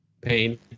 pain